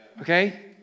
okay